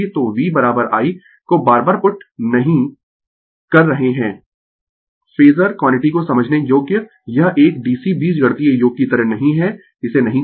तो V I को बार बार पुट नहीं कर रहे है फेजर क्वांटिटी को समझने योग्य यह एक dc बीजगणितीय योग की तरह नहीं है इसे नहीं करें